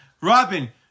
robin